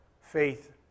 faith